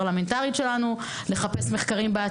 פרקטי איך אנחנו יוצאים מפה שהתלמידים משתלבים ב-1